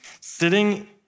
Sitting